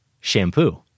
shampoo